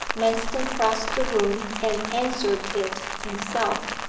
manston crossed the room and answered it himself.